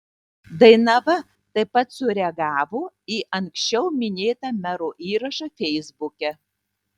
dainava taip pat sureagavo į anksčiau minėtą mero įrašą feisbuke